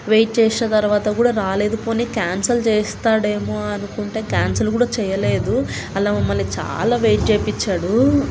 wait చేసిన తరువాత కూడా రాలేదు పోనీ క్యాన్సల్ చేస్తాడేమో అనుకుంటే క్యాన్సల్ కూడా చేయలేదు అలా మమ్మల్ని చాలా వెయిట్ చేయించాడు